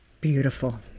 Beautiful